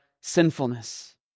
sinfulness